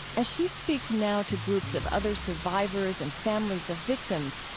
as she speaks now to groups of other survivors and families of victims,